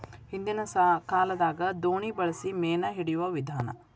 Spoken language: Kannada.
ಹಿಂದಿನ ಕಾಲದಾಗ ದೋಣಿ ಬಳಸಿ ಮೇನಾ ಹಿಡಿಯುವ ವಿಧಾನಾ